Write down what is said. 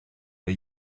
are